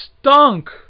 Stunk